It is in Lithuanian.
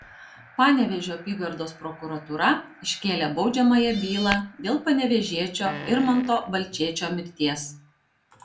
panevėžio apygardos prokuratūra iškėlė baudžiamąją bylą dėl panevėžiečio irmanto balčėčio mirties